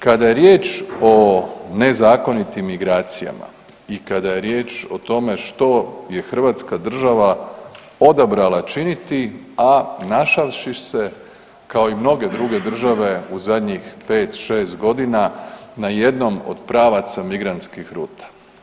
Kada je riječ o nezakonitim migracijama i kada je riječ o tome što je Hrvatska država odabrala činiti, a našavši se kao i mnoge druge države u zadnjih 5, 6 godina na jednom od pravaca migrantskih ruta.